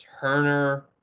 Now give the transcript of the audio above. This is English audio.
Turner